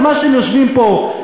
בזמן שאתם יושבים פה,